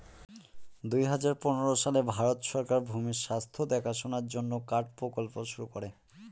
দুই হাজার পনেরো সালে ভারত সরকার ভূমির স্বাস্থ্য দেখাশোনার জন্য কার্ড প্রকল্প শুরু করে